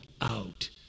out